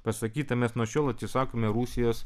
pasakyta mes nuo šiol atsisakome rusijos